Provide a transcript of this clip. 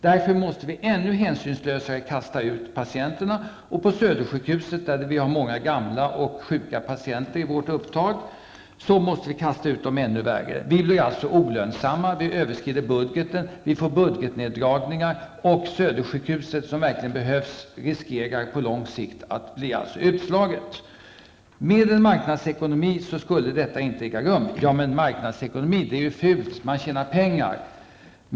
Därför måste vi kasta ut patienterna ännu hänsynslösare än man gör i andra landsting. På Södersjukhuset, som har många gamla och sjuka patienter i sitt upptagningsområde, måste vi vara ännu värre med att kasta ut dem. Vi blir alltså olönsamma, vi överskrider budgeten, vi drabbas av budgetnedragningar, och Södersjukhuset, som verkligen behövs, riskerar på lång sikt att bli utslaget. Med en marknadsekonomi skulle detta inte äga rum. Ja men, marknadsekonomi -- det är ju fult, man tjänar pengar, invänder någon kanske.